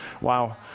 Wow